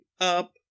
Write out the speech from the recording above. up